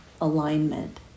alignment